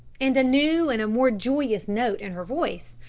and a new and a more joyous note in her voice,